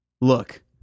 Look